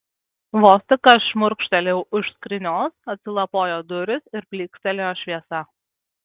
vos tik aš šmurkštelėjau už skrynios atsilapojo durys ir plykstelėjo šviesa